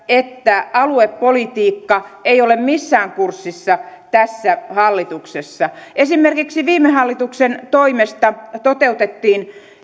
että aluepolitiikka ei ole missään kurssissa tässä hallituksessa esimerkiksi viime hallituksen toimesta toteutettiin